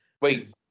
Wait